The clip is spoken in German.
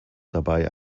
dabei